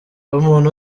umuntu